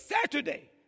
Saturday